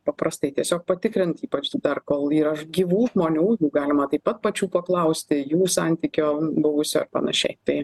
paprastai tiesiog patikrint ypač dar kol yra gyvų žmonių jų galima taip pat pačių paklausti jų santykio buvusio ir panašiai tai